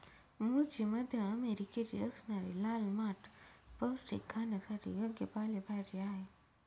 मूळची मध्य अमेरिकेची असणारी लाल माठ पौष्टिक, खाण्यासाठी योग्य पालेभाजी आहे